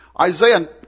Isaiah